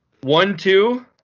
one-two